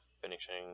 finishing